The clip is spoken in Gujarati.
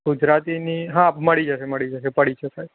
ગુજરાતીની હા મળી જશે મળી જશે પડી છે સર